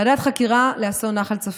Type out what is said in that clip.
ועדת חקירה לאסון נחל צפית,